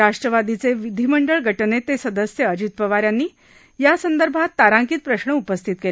राष्ट्रवादीचे विधीमंडळ गटनेते सदस्य अजित पवार यांनी यासंदर्भात तारांकित प्रश्न उपस्थित केला होता